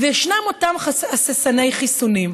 וישנם אותם הססני חיסונים.